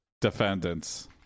defendants